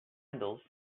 sandals